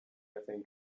hacen